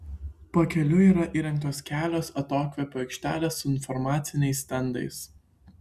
pakeliui yra įrengtos kelios atokvėpio aikštelės su informaciniais stendais